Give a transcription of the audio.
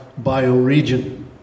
bioregion